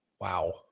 Wow